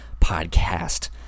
podcast